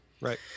right